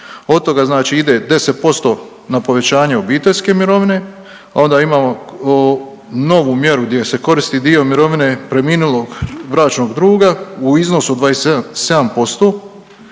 Od toga znači ide 10% na povećanje obiteljske mirovine, onda imamo novu mjeru gdje se koristi dio mirovine preminulog bračnog druga u iznosu od